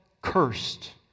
cursed